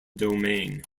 domain